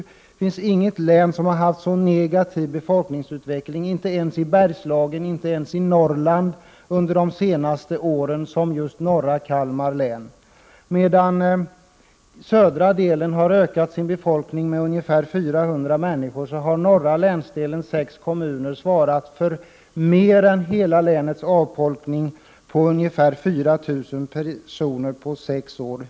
Det finns inget område —- inte ens Bergslagen eller Norrland — som haft en så negativ befolkningsutveckling under de senaste åren som just norra delen av Kalmar län. Medan södra delen ökade sin befolkning med ca 400 personer, svarade norra länsdelens sex kommuner för hela länets avfolkning på ungefär 4 000 personer under sex år.